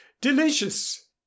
Delicious